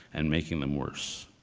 and making them worse.